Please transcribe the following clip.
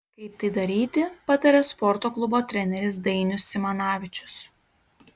kaip tai daryti pataria sporto klubo treneris dainius simanavičius